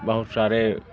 बहुत सारे